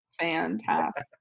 Fantastic